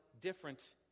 different